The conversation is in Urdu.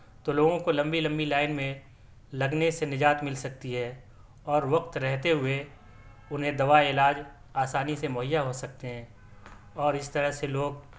تو لوگوں کو لمبی لمبی لائن میں لگنے سے نجات مل سکتی ہے اور وقت رہتے ہوئے انہیں دوا علاج آسانی سے مہیا ہو سکتے ہیں اور اس طرح سے لوگ